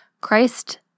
Christ